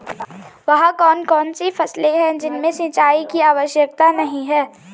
वह कौन कौन सी फसलें हैं जिनमें सिंचाई की आवश्यकता नहीं है?